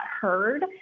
heard